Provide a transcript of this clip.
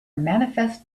manifest